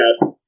Yes